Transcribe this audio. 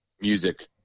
music